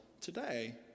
today